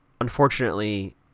unfortunately